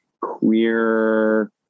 queer